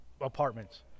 apartments